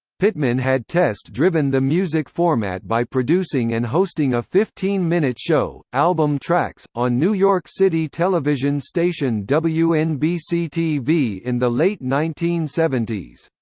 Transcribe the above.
pittman had test-driven the music format by producing and hosting a fifteen minute show, album tracks, on new york city television station wnbc-tv in the late nineteen seventy s.